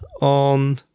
on